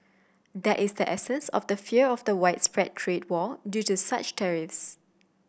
that is the essence of the fear of the widespread trade war due to such tariffs